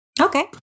okay